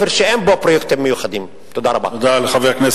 אשר מספקים מקומות עבודה לעובדים החלשים ביותר